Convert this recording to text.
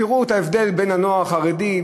תראו את ההבדל בין הנוער החרדי,